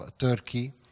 Turkey